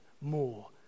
more